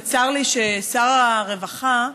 וצר לי ששר הרווחה,